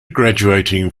graduating